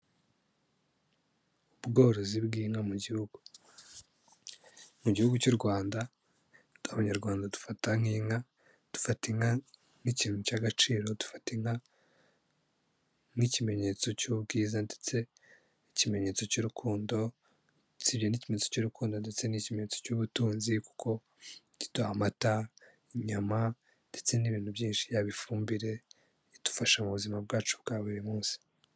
Ubworozi bw'inka mu gihugu. Mu gihugu cy'u Rwanda, Abanyarwanda dufata nk'inka, dufataka inka nk'ikintu cy'agaciro, dufaka inka nk'ikimenyetso cy'ubwiza, ndetse n'ikimenyetso cy'urukundo. Usibye n'ikimenyetso cy'urukundo, ndetse ni ikimenyetso cy'ubutunzi, kuko kiduha amata, inyama ndetse n'ibintu byinshi yaba ifumbire, idufasha mu buzima bwacu bwa buri munsi.